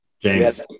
James